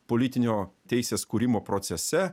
politinio teisės kūrimo procese